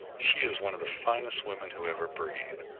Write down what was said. she is one of the finest women who ever breathed,